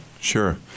Sure